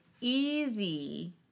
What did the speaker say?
easy